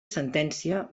sentència